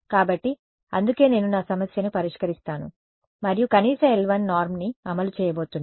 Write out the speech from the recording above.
కాబట్టి అందుకే నేను నా సమస్యను పరిష్కరిస్తాను మరియు కనీస l 1 నార్మ్ని అమలు చేయబోతున్నాను